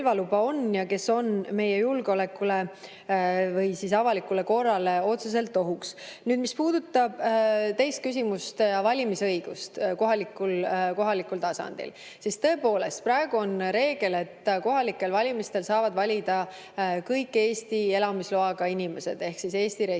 ja kes on meie julgeolekule või avalikule korrale otseselt ohuks. Mis puudutab teist küsimust ja valimisõigust kohalikul tasandil, siis tõepoolest praegu on reegel, et kohalikel valimistel saavad valida kõik Eesti elamisloaga inimesed ehk Eesti residendid.